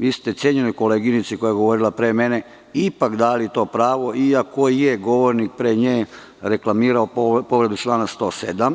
Vi ste cenjenoj koleginici koja je govorila pre mene ipak dali to pravo, iako je govornik pre nje reklamirao povredu člana 107, a